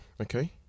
Okay